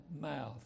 mouth